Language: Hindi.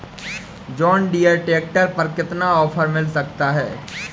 जॉन डीरे ट्रैक्टर पर कितना ऑफर मिल सकता है?